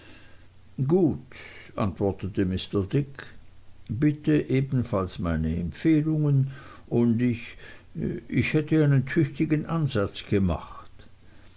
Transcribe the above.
gut antwortete mr dick bitte ebenfalls meine empfehlungen und ich ich hätte einen tüchtigen ansatz gemacht